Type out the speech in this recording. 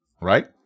right